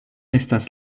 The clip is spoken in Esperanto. estas